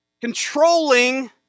controlling